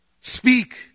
Speak